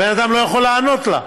הבן אדם לא יכול לענות לה,